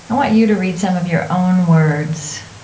i want you to read some of your own words.